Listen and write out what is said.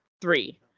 three